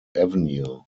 avenue